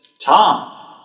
Tom